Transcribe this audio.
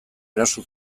eraso